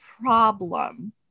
problem